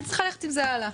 צריך ללכת עם זה הלאה.